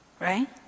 Right